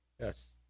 Yes